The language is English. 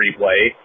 replay